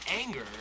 anger